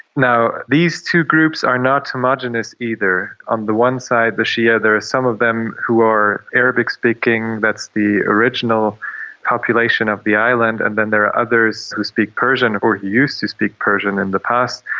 now, these two groups are not homogeneous, either. on the one side, the shia, there are some of them who are arabic-speaking that's the original population of the island and then there are others who speak persian, or who used to speak persian in the past.